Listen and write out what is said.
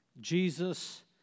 Jesus